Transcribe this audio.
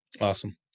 Awesome